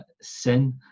sin